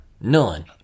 None